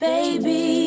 Baby